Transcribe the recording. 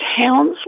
towns